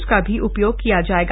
उसका भी उपयोग किया जाएगा